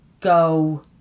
go